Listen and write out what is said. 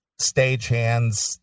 stagehands